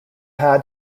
had